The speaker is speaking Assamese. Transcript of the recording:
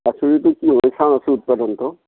মাচুৰীটো কি হয় চাওঁচোন উৎপাদনটো